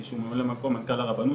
שהוא ממלא מקום מנכ"ל הרבנות,